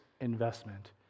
investment